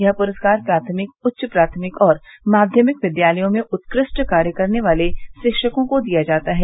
यह पुरस्कार प्राथमिक उच्च प्राथमिक और माध्यमिक विद्यालयों में उत्कृष्ट कार्य करने वाले शिक्षकों को दिया जाता है